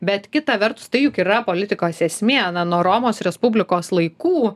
bet kita vertus tai juk yra politikos esmė na nuo romos respublikos laikų